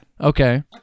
Okay